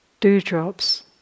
Dewdrops